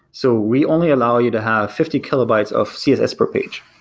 so we only allow you to have fifty kilobytes of css per page,